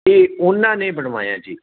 ਇਹ ਉਹਨਾ ਨੇ ਬਣਵਾਇਆ ਜੀ